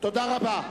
תודה רבה.